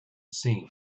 scene